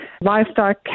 livestock